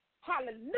Hallelujah